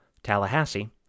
Tallahassee